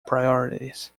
priorities